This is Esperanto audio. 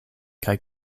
kaj